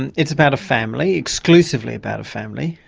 and it's about a family, exclusively about a family,